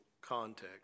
context